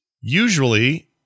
usually